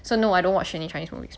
so no I don't watch any chinese movies